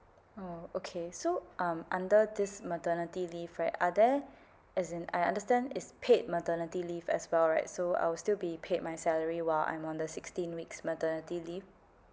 oh okay so um under this maternity leave right are there as in I understand it's paid maternity leave as well right so I will still be paid my salary while I'm on the sixteen weeks maternity leave